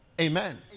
Amen